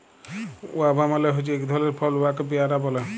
guava মালে হছে ইক ধরলের ফল উয়াকে পেয়ারা ব্যলে